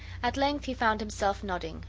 at length he found himself nodding,